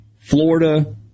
Florida